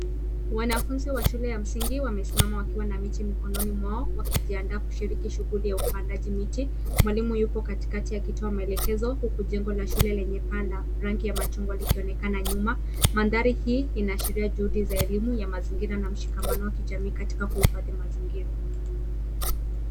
Wanafunzi wa shule ya msingi wamesimama wakiwa na miti mikononi mwao wakijiandaa kushiriki shughuli ya upandaji miti. Mwalimu yuko katikati akitoa maelekezo huku jengo la shule lenye paa la rangi ya machungwa likionekana nyuma. Mandhari hii inaashiria juhudi za elimu ya mazingira na mshikamano wa jamii katika kuhifadhi mazingira.